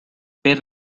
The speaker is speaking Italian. per